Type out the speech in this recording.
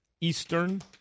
Eastern